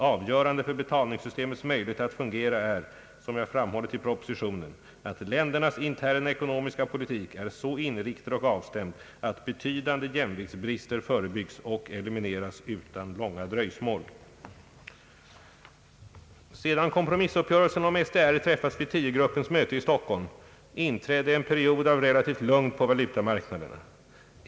Avgörande för betalningssystemets möjlighet att fungera är, som jag framhållit i propositionen, att län dernas interna ekonomiska politik är så inriktad och avstämd att betydande jämviktsbrister förebyggs och elimineras utan långa dröjsmål. Sedan kompromissuppgörelsen om SDR träffats vid tiogruppens möte i Stockholm inträdde en period av relativt lugn på valutamarknaderna.